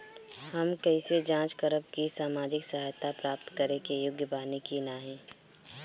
हम कइसे जांच करब कि सामाजिक सहायता प्राप्त करे के योग्य बानी की नाहीं?